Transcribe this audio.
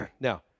Now